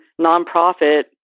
nonprofit